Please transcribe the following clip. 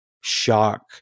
shock